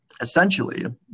essentially